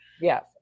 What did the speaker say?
Yes